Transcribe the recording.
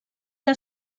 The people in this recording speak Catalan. que